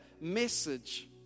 message